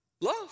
Love